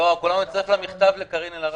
הוא יכתוב לקארין אלהרר.